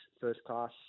first-class